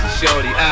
shorty